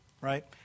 Right